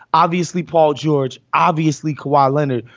obviously, paul george, obviously kawhi leonard.